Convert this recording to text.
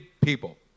people